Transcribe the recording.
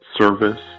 service